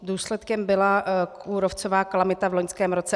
Důsledkem byla kůrovcová kalamita v loňském roce.